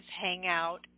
hangout